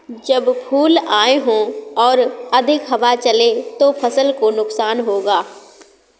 जब फूल आए हों और अधिक हवा चले तो फसल को नुकसान होगा?